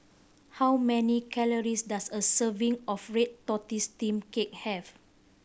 how many calories does a serving of red tortoise steamed cake have